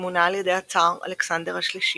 שמונה על ידי הצאר אלכסנדר השלישי.